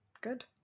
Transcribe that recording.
good